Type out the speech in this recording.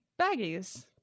baggies